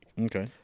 okay